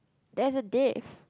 there's a diff